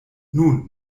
nun